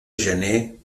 gener